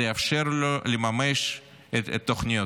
זה יאפשר לו לממש את תוכניותיו".